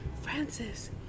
Francis